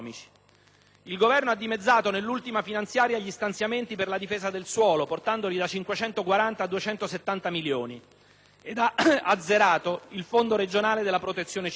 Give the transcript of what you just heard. il Governo ha dimezzato gli stanziamenti per la difesa del suolo, portandoli da 540 a 270 milioni, ed ha azzerato il fondo regionale della Protezione civile.